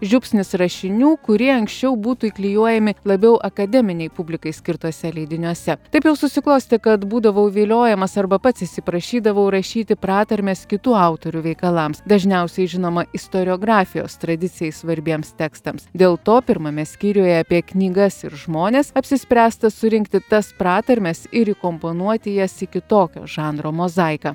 žiupsnis rašinių kurie anksčiau būtų įklijuojami labiau akademinei publikai skirtuose leidiniuose taip jau susiklostė kad būdavau viliojamas arba pats įsiprašydavau rašyti pratarmes kitų autorių veikalams dažniausiai žinoma istoriografijos tradicijai svarbiems tekstams dėl to pirmame skyriuje apie knygas ir žmones apsispręsta surinkti tas pratarmes ir įkomponuoti jas į kitokio žanro mozaiką